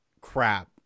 crap